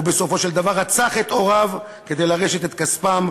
ובסופו של דבר רצח את הוריו כדי לרשת את כספם,